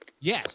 Yes